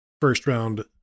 first-round